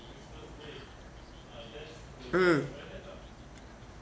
mm